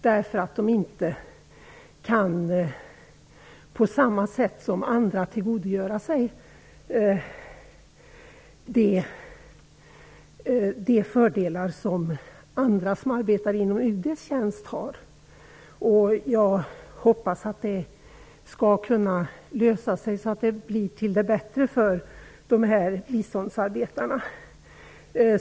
De kan inte på samma sätt som andra tillgodogöra sig de fördelar som de som arbetar inom UD:s tjänst har. Jag hoppas att det skall kunna lösa sig så att det blir till det bättre för de här biståndsarbetarna.